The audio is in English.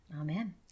Amen